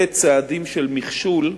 וצעדים של מכשול,